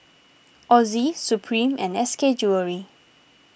Ozi Supreme and S K Jewellery